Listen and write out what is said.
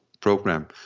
program